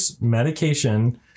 medication